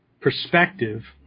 perspective